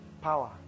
Power